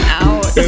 out